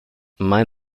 mein